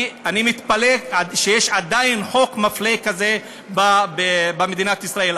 אני מתפלא שיש עדיין חוק מפלה כזה במדינת ישראל.